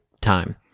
time